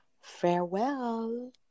farewell